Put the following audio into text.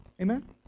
Amen